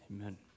Amen